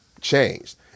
changed